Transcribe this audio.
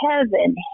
heaven